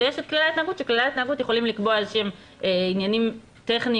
ויש כללי ההתנהגות שיכולים לקבוע עניינים טכניים,